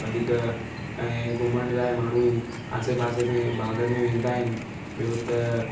वधीक ऐं घुमण लाइ माण्हू आसे पासे में बाग़नि में वेंदा आहिनि ॿियों त